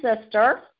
sister